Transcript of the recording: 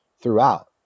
throughout